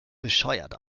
bescheuert